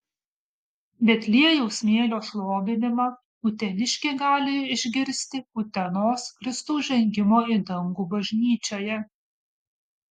betliejaus smėlio šlovinimą uteniškiai gali išgirsti utenos kristaus žengimo į dangų bažnyčioje